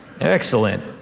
Excellent